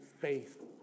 faith